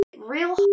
Real